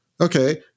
Okay